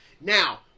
Now